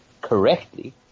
correctly